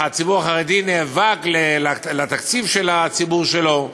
שהציבור החרדי נאבק על התקציב של הציבור שלו,